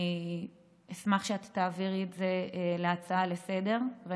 אני אשמח שאת תהפכי את זה להצעה לסדר-היום,